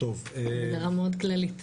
זו הגדרה מאד כללית.